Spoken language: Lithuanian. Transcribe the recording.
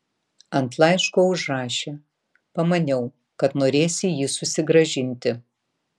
ant laiško užrašė pamaniau kad norėsi jį susigrąžinti